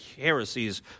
heresies